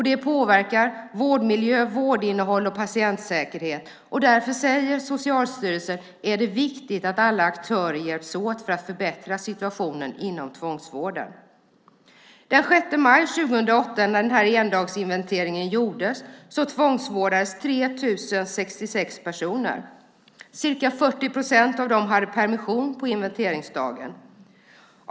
Det påverkar vårdmiljö, vårdinnehåll och patientsäkerhet. Därför säger Socialstyrelsen att det är viktigt att alla aktörer hjälps åt för att förbättra situationen inom tvångsvården. Den 6 maj 2008 när denna endagsinventering gjordes tvångsvårdades 3 066 personer. Ca 40 procent av dem hade permission på inventeringsdagen.